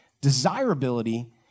desirability